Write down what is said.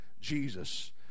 Jesus